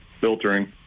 filtering